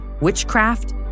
witchcraft